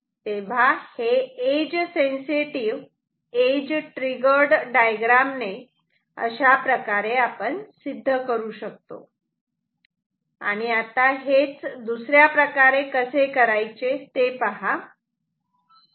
तेव्हा हे edge sensitive edge triggered diagram ने अशा प्रकारे आपण सिद्ध करू शकतो आणि आता हेच दुसऱ्या प्रकारे कसे करायचे ते पहा